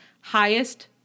highest